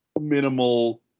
minimal